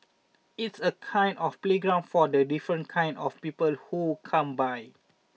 it's a kind of playground for the different kinds of people who come by